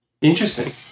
interesting